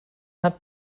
hat